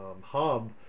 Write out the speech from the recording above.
hub